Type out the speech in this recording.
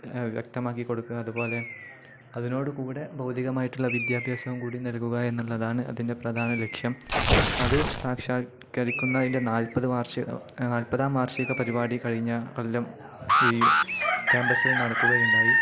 വ്യക്തമാക്കി കൊടുക്കുക അതുപോലെ അതിനോട് കൂടെ ഭൗതികമായിട്ടുള്ള വിദ്യാഭ്യാസവും കൂടി നൽകുക എന്നുള്ളതാണ് അതിൻ്റെ പ്രധാന ലക്ഷ്യം അത് സാക്ഷാത്കരിക്കുന്നതിൻ്റെ നാൽപത് വാർഷികം നാൽപതാം വർഷിക പരിപാടി കഴിഞ്ഞ കൊല്ലം ഈ ക്യാമ്പസിൽ നടക്കുകയുണ്ടായി